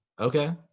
Okay